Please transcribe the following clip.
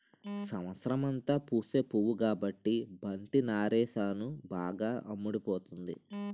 సంవత్సరమంతా పూసే పువ్వు కాబట్టి బంతి నారేసాను బాగా అమ్ముడుపోతుంది